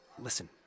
Listen